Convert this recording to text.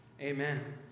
amen